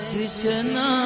Krishna